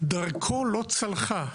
דרכו לא צלחה.